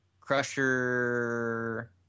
crusher